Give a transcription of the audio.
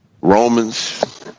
Romans